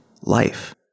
life